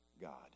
God